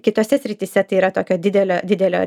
kitose srityse tai yra tokia didelė didelė